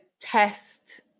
test